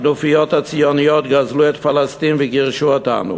הכנופיות הציוניות גזלו את פלסטין וגירשו אותנו.